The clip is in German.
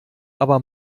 aber